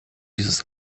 dieses